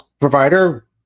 provider